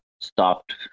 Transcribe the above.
stopped